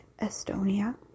Estonia